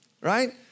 right